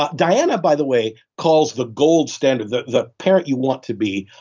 ah diana by the way calls the gold stand of the the parent you want to be,